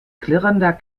klirrender